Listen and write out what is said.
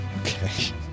Okay